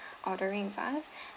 ordering with us